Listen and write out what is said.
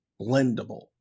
blendable